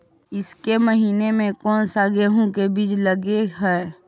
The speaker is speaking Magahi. ईसके महीने मे कोन सा गेहूं के बीज लगे है?